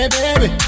baby